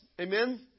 Amen